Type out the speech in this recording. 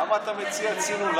למה אתה מציע צינון?